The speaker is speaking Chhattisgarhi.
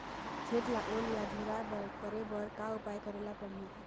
खेत ला ओल या झुरा करे बर का उपाय करेला पड़ही?